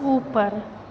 ऊपर